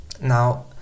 now